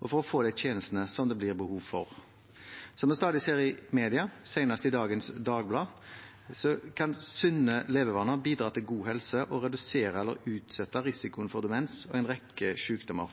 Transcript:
og for å få de tjenestene som det blir behov for. Som vi stadig ser i media, senest i Dagbladet for i dag, kan sunne levevaner bidra til god helse og redusere eller utsette risikoen for demens og en rekke sykdommer.